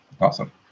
awesome